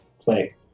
play